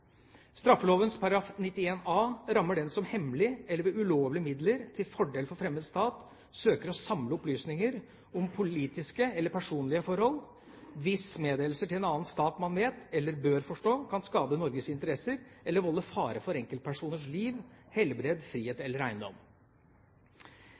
a rammer den som «hemmelig eller ved ulovlige midler til fordel for fremmed stat søker å samle opplysninger om politiske eller personlige forhold hvis meddelelse til en annen stat man vet eller bør forstå kan skade Norges interesser eller volde fare for enkeltpersoners liv, helbred, frihet